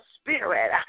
spirit